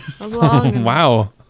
Wow